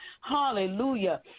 hallelujah